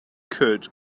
could